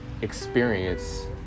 experience